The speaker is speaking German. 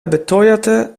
beteuerte